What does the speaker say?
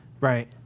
Right